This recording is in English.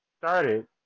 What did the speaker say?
started